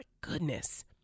goodness